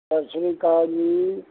ਸਤਿ ਸ਼੍ਰੀ ਅਕਾਲ ਜੀ